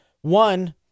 One